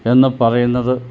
എന്നു പറയുന്നത്